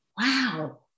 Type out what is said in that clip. wow